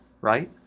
right